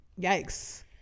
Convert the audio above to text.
yikes